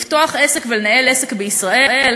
לפתוח עסק ולנהל עסק בישראל.